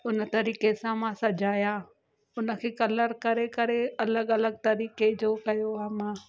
उन तरीक़े सां मां सजाया उनखे कलर करे करे अलॻि अलॻि तरीक़े जो कयो आहे मां